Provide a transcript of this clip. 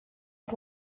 his